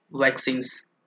vaccines